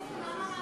למה מעבירים?